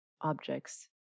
objects